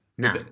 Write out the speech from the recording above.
No